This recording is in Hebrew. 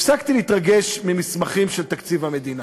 הפסקתי להתרגש ממסמכים של תקציב המדינה,